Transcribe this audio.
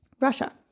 Russia